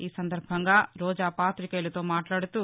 ఈ సందర్బంగా రోజా పాతికేయులతో మాట్లాడుతూ